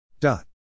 dot